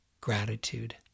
gratitude